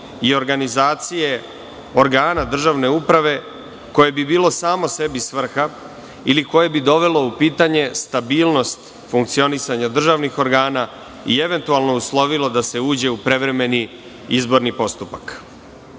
i organizacije organa državne uprave koje bi bilo samo sebi svrha, ili koje bi dovelo u pitanje stabilnost funkcionisanja državnih organa, i eventualno uslovilo da se uđe u prevremeni izborni